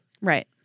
Right